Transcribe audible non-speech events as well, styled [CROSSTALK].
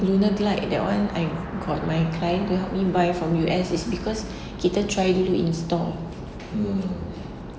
lunar glide that I got my client to help me buy from U_S is because [BREATH] kita try to install